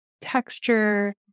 texture